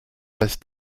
basse